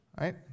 Right